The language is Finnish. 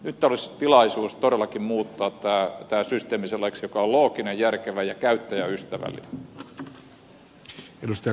nyt olisi tilaisuus todellakin muuttaa tämä systeemi sellaiseksi joka on looginen järkevä ja käyttäjäystävällinen